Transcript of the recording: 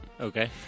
Okay